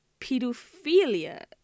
pedophilia